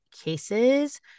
cases